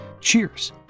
Cheers